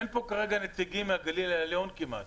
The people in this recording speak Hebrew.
אין פה כרגע נציגים מהגליל העליון כמעט,